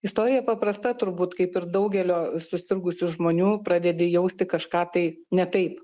istorija paprasta turbūt kaip ir daugelio susirgusių žmonių pradedi jausti kažką tai ne taip